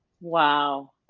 Wow